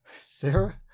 Sarah